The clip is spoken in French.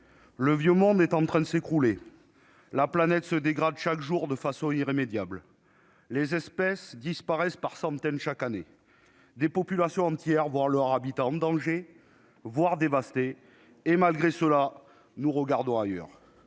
Le vieux monde est en train de s'écrouler, la planète se dégrade chaque jour de façon irrémédiable, les espèces disparaissent par centaines chaque année, des populations entières voient leur habitat en danger, voire dévasté, et malgré cela nous regardons ailleurs.